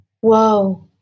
Whoa